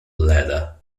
leather